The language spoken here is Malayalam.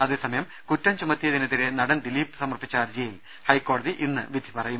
അതേസമയം കുറ്റം ചുമത്തിയതിനെതിരെ നടൻ ദിലീപ് സമർപ്പിച്ച ഹർജിയിൽ ഹൈക്കോടതി ഇന്ന് വിധി പറയും